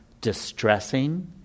distressing